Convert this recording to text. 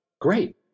Great